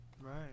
Right